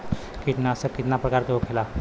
कीटनाशक कितना प्रकार के होखेला?